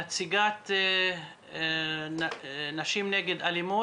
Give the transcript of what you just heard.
נציגת עמותת נשים נגד אלימות,